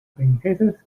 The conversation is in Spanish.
princesas